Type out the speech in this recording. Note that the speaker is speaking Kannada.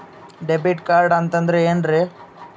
ಡೆಬಿಟ್ ಕಾರ್ಡ್ ಅಂತಂದ್ರೆ ಏನ್ರೀ?